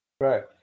Right